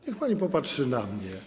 Niech pani popatrzy na mnie.